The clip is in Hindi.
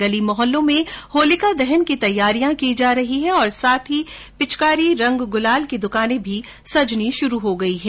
गली मोहल्लों में होलिका दहन की तैयारियां की जा रही है साथ ही पिचकारी रंग गुलाल की दुकानें भी सजना शुरू हो गई है